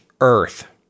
earth